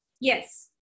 Yes